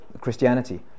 Christianity